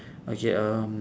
okay um